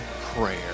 prayer